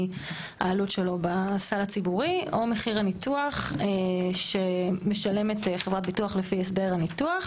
העלות שלו בסל הציבורי או מחיר הניתוח שמשלמת חברת ביטוח לפי הסדר הניתוח.